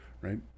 right